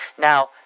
now